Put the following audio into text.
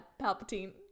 Palpatine